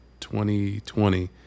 2020